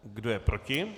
Kdo je proti?